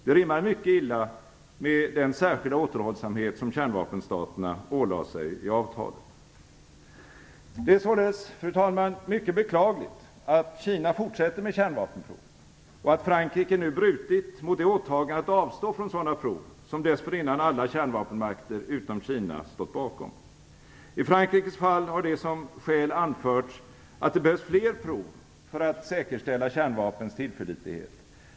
Det rimmar mycket illa med den särskilda återhållsamhet som kärnvapenstaterna ålade sig i avtalet. Det är således, fru talman, mycket beklagligt att Kina fortsätter med kärnvapenprov och att Frankrike nu brutit mot det åtagande att avstå från sådana prov som dessförinnan alla kärnvapenmakter utom Kina stått bakom. I Frankrikes fall har det som skäl anförts att det behövs fler prov för att säkerställa kärnvapnens tillförlitlighet.